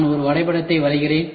நான் ஒரு வரைபடத்தை வரைகிறேன்